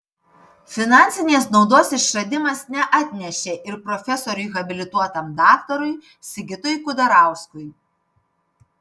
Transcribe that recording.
finansinės naudos išradimas neatnešė ir profesoriui habilituotam daktarui sigitui kudarauskui